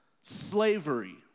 Slavery